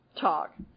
talk